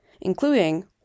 including